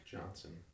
Johnson